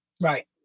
Right